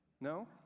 No